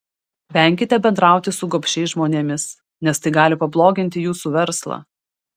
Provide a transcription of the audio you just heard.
venkite bendrauti su gobšiais žmonėmis nes tai gali pabloginti jūsų verslą